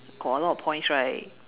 got a lot of points right